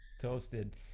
Toasted